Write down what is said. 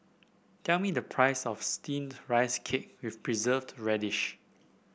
tell me the price of steamed Rice Cake with Preserved Radish